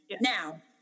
Now